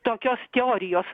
tokios teorijos